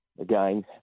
again